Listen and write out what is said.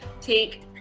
take